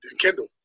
Kendall